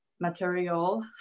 material